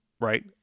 right